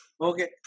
okay